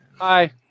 hi